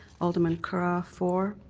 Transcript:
alderman carra for,